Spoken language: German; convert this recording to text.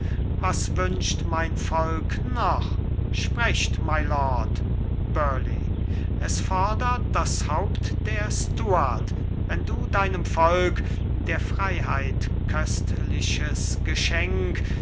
was wünscht mein volk noch sprecht mylord burleigh es fordert das haupt der stuart wenn du deinem volk der freiheit köstliches geschenk